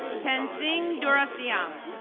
ten zing dervsiam.